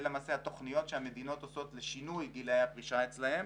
זה למעשה התוכניות שהמדינות עושות לשינוי גילאי הפרישה אצלן.